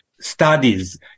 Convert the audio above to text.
studies